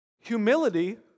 Humility